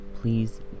Please